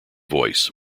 voice